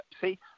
See